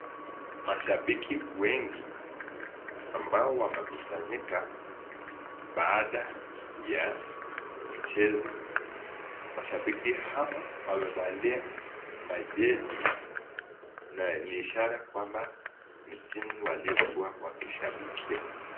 Mashabiki wengi ambao wamekusanyika baada ya mchezo. Mashabiki hawa wamevalia majezi na ni ishara kwamba ni timu waliokuwa wakishabikia.